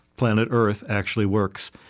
planet earth, actually works.